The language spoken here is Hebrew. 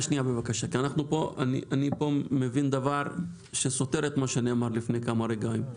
אני מבין דבר, שסותר את מה שנאמר לפני כמה רגעים.